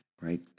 right